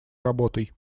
работой